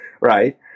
right